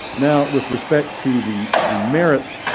now, with respect to the the merits,